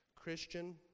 Christian